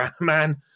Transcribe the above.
man